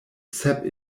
sep